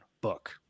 book